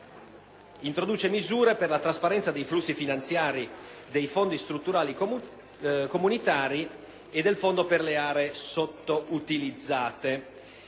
introduce misure per la trasparenza dei flussi finanziari dei Fondi strutturali comunitari e del Fondo per le aree sottoutilizzate.